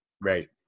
right